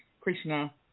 Krishna